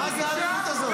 מה זו האלימות הזאת?